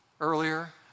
earlier